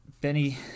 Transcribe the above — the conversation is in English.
Benny